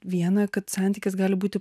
viena kad santykis gali būti